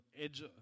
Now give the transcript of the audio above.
edge